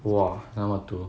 !wah! 那么毒